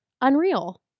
Unreal